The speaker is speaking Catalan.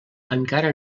encara